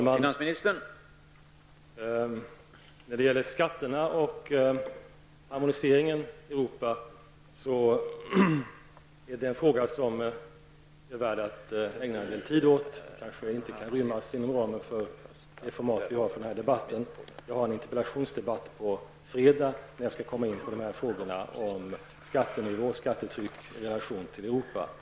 Herr talman! Frågan om harmoniseringen av skatterna i Europa är värd att ägnas litet mer tid än vad som är möjligt i en frågestund. Jag kommer i en interpellationsdebatt på fredag att komma in på frågorna om vårt skattetryck i relation till skattetrycket i Europa.